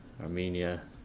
Armenia